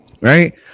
Right